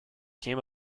came